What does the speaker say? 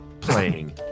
playing